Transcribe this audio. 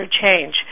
change